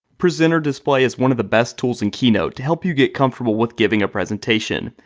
presenter display is one of the best tools in keynote to help you get comfortable with giving a presentation.